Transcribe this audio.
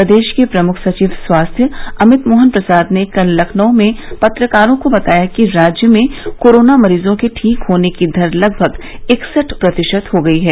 प्रदेश के प्रमुख सचिव स्वास्थ्य अमित मोहन प्रसाद ने कल लखनऊ में पत्रकारों को बताया कि राज्य में कोरोना मरीजों के ठीक होने की दर लगभग इकसठ प्रतिशत हो गई है